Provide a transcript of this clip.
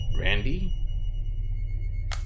Randy